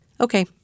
Okay